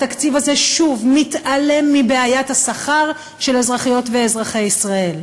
התקציב הזה שוב מתעלם מבעיית השכר של אזרחיות ואזרחי ישראל.